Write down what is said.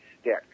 stick